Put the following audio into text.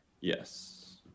yes